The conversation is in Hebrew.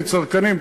כצרכנים,